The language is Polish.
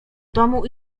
domu